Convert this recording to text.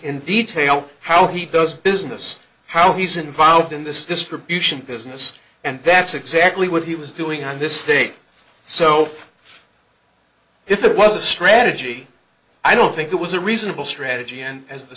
in detail how he does business how he's involved in this distribution business and that's exactly what he was doing on this tape so if it was a strategy i don't think it was a reasonable strategy and as the